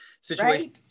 situation